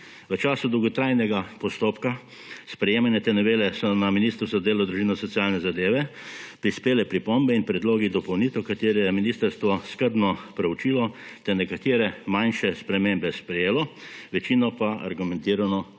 V času dolgotrajnega postopka sprejemanja te novele so na Ministrstvu za delo, družino, socialne zadeve prispele pripombe in predlogi dopolnitev, ki jih je je ministrstvo skrbno preučilo ter nekatere manjše spremembe sprejelo, večino pa argumentirano zavrnilo.